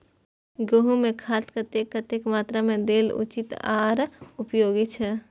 गेंहू में खाद कतेक कतेक मात्रा में देल उचित आर उपयोगी छै?